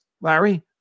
Larry